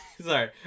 sorry